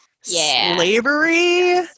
slavery